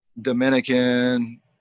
Dominican